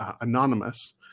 anonymous